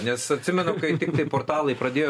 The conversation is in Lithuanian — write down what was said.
nes atsimenu kai tiktai portalai pradėjo